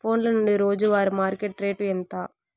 ఫోన్ల నుండి రోజు వారి మార్కెట్ రేటు ఎంత?